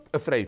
afraid